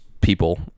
people